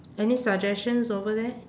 any suggestions over there